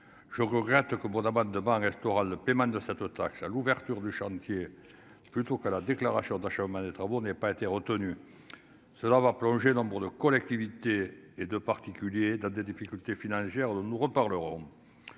je regrette que bon d'devant un restaurant le paiement de cette taxe à l'ouverture du chantier plutôt qu'à la déclaration d'achat aux mains des travaux n'ait pas été retenue, cela va plonger dans beaucoup de collectivités et de particuliers dans des difficultés financières, dont nous reparlerons